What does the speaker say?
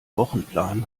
wochenplan